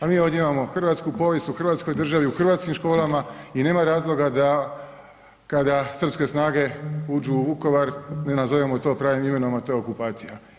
A mi ovdje imamo hrvatsku povijest u Hrvatskoj državi, u hrvatskim školama i nema razloga da kada srpske snage uđu u Vukovar ne nazovemo to pravim imenom a to je okupacija.